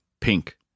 pink